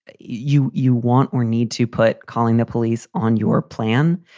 you you want or need to put calling the police on your plan.